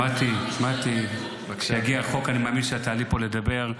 מטי, יגיע החוק, אני מאמין שאת תעלי פה לדבר.